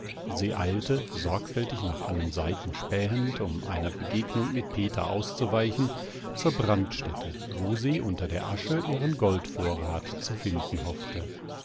sie eilte sorgfältig nach allen seiten spähend um einer begegnung mit peter auszuweichen zur brandstätte wo sie unter der asche ihren goldvorrat zu finden hoffte